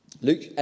Luke